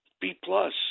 B-plus